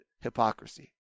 hypocrisy